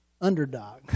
underdog